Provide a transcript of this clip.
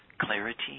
clarity